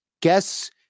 guess